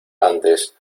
antes